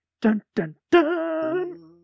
Dun-dun-dun